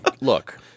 look